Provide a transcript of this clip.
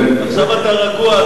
עכשיו אתה רגוע,